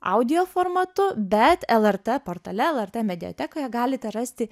audio formatu bet lrt portale lrt mediatekoje galite rasti